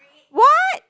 what